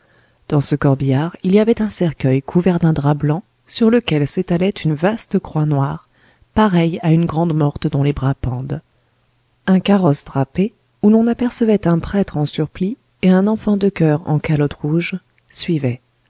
dans ce corbillard il y avait un cercueil couvert d'un drap blanc sur lequel s'étalait une vaste croix noire pareille à une grande morte dont les bras pendent un carrosse drapé où l'on apercevait un prêtre en surplis et un enfant de choeur en calotte rouge suivait